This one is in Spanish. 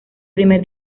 primer